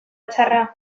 txarra